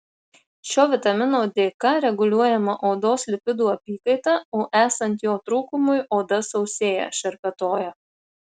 šio vitamino dėka reguliuojama odos lipidų apykaita o esant jo trūkumui oda sausėja šerpetoja